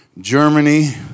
Germany